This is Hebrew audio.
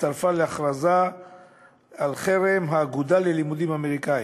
הצטרפה להכרזה על חרם האגודה ללימודים אמריקניים.